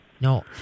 no